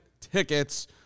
tickets